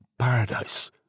paradise